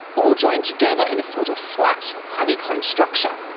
all joined together in a sort of flat honeycomb structure,